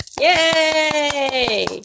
Yay